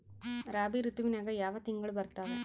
ರಾಬಿ ಋತುವಿನ್ಯಾಗ ಯಾವ ತಿಂಗಳು ಬರ್ತಾವೆ?